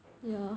ya